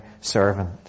servant